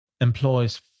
employs